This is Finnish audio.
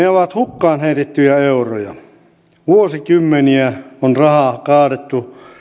ovat hukkaan heitettyjä euroja vuosikymmeniä on rahaa kaadettu